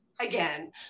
again